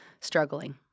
struggling